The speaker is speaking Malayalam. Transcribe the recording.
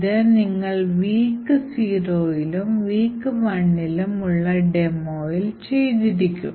ഇത് നിങ്ങൾ week 0 ലും week 1 ലും ഉള്ള demoയിൽ ചെയ്തിരിക്കും